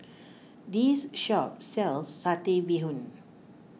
this shop sells Satay Bee Hoon